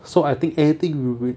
so I think anything re~